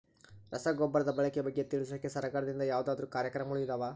ರಸಗೊಬ್ಬರದ ಬಳಕೆ ಬಗ್ಗೆ ತಿಳಿಸೊಕೆ ಸರಕಾರದಿಂದ ಯಾವದಾದ್ರು ಕಾರ್ಯಕ್ರಮಗಳು ಇದಾವ?